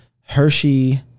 Hershey